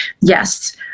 yes